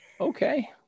Okay